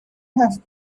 have